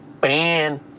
ban